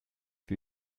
für